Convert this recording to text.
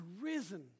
risen